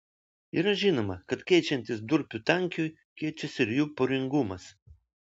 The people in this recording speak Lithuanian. yra žinoma kad keičiantis durpių tankiui keičiasi ir jų poringumas